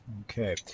Okay